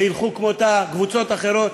וילכו כמותה קבוצות אחרות,